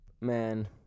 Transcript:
man